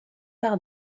par